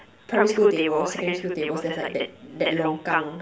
primary school tables secondary school tables there's like that that longkang